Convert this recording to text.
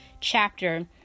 chapter